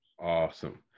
Awesome